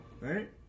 Right